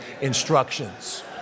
instructions